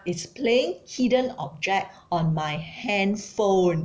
it's playing hidden object on my handphone